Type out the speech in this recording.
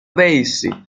بایستید